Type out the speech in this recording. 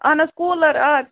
اہَن حظ کوٗلر آ